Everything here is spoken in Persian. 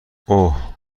اُه